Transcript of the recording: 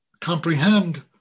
comprehend